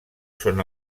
són